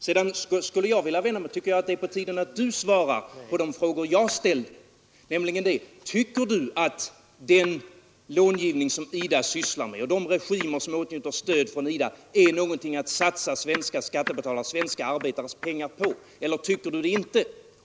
Sedan tycker jag det är på tiden att Ni svarar på de frågor som jag har ställt. Tycker Ni att den långivning som IDA sysslar med och de regimer som åtnjuter stöd från IDA är någonting att satsa svenska skattebetalares, svenska arbetares, pengar på eller tycker Ni det inte?